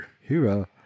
Hero